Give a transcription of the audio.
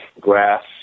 grass